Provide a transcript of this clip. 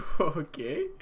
Okay